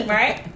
right